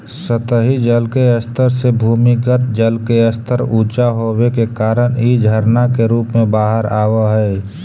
सतही जल के स्तर से भूमिगत जल के स्तर ऊँचा होवे के कारण इ झरना के रूप में बाहर आवऽ हई